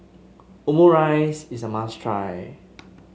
Omurice is a must try